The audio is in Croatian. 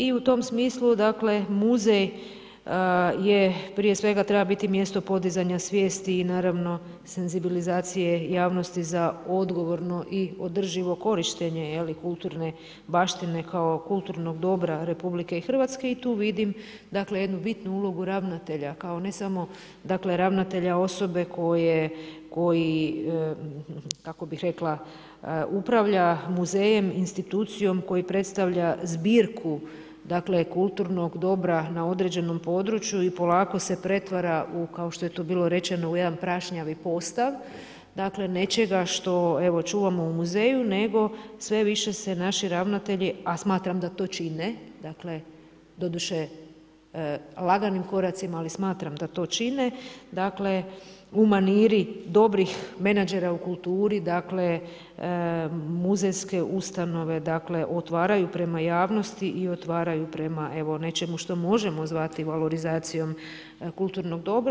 I u tom smislu muzej prije svega treba biti mjesto podizanja svijesti i naravno senzibilizacije javnosti za odgovorno i održivo korištenje kulturne baštine kao kulturnog dobra RH i tu vidim jednu bitnu ulogu ravnatelja kao ne samo ravnatelja osobe koji, kako bih rekla, upravlja muzejom institucijom koji predstavlja zbirku kulturnog dobra na određenom području i polako se pretvara kao što je to bilo rečeno u jedan prašnjavi postav nečega što evo čuvamo u muzeju nego sve više se naši ravnatelji, a smatram da to čine, doduše laganim koracima, ali smatram da to čine u maniri dobrih menadžera u kulturi muzejske ustanove ostvaraju prema javnosti i otvaraju prema nečemu što možemo zvati valorizacijom kulturnog dobra.